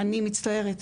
אני מצטערת,